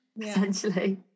Essentially